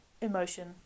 emotion